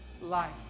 life